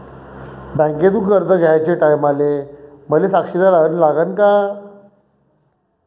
बँकेतून कर्ज घ्याचे टायमाले मले साक्षीदार अन लागन का?